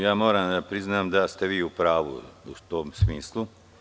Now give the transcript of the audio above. Ja moram da priznam da ste u pravu, u tom smislu.